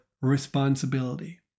responsibility